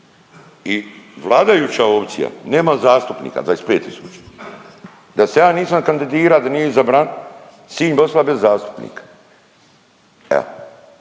i vladajuća opcija nema zastupnika 25 tisuća. Da se ja nisam kandidira da nisam izabran, Sinj bi ostao bez zastupnika. Evo,